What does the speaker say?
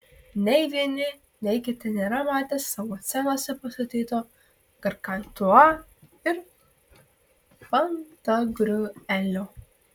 nei vieni nei kiti nėra matę savo scenose pastatyto gargantiua ir pantagriuelio